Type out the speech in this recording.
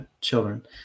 children